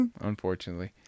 unfortunately